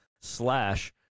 slash